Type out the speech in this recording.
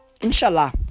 Inshallah